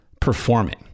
performing